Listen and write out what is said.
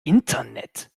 internet